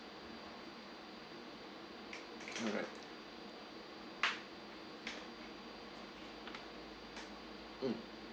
alright mm